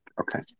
Okay